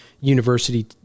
university